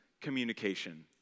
communication